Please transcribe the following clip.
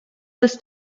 ist